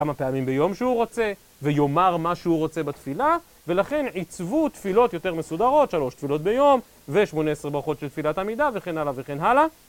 כמה פעמים ביום שהוא רוצה, ויאמר מה שהוא רוצה בתפילה, ולכן עיצבו תפילות יותר מסודרות, שלוש תפילות ביום, ושמונה עשר ברכות של תפילת עמידה, וכן הלאה וכן הלאה...